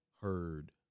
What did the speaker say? heard